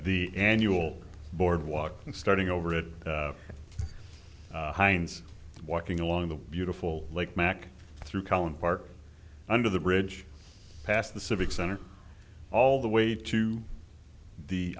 the annual boardwalk and starting over it hines walking along the beautiful lake mack through colony park under the bridge past the civic center all the way to the